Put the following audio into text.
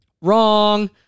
Wrong